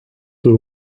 two